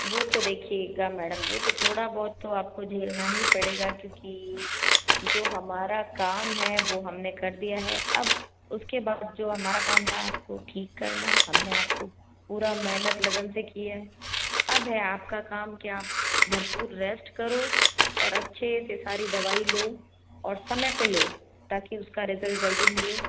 वो तो देखिएगा मैडम वो तो थोड़ा बहुत तो आपको झेलना ही पड़ेगा क्योंकि जो हमारा काम है वो हमने कर दिया है अब उसके बाद जो हमारा काम था आपको ठीक करना हमने आपको पूरा मेहनत लगन से की है अब है आपका काम कि आप भरपूर रेस्ट करो और अच्छे से सारी दवाई लो और समय पे लो ताकि उसका रिजल्ट जल्दी मिले